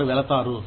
వారు వెళతారు